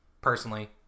Personally